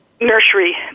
nursery